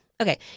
Okay